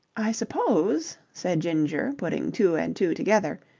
i suppose, said ginger, putting two and two together,